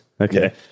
Okay